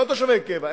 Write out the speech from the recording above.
ולא תושבי קבע,